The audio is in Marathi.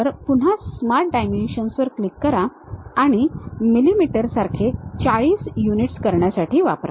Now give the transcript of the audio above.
तर पुन्हा स्मार्ट डायमेन्शन्सवर क्लिक करा आणि मिलिमीटर सारखे 40 युनिट्स करण्यासाठी वापरा